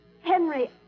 Henry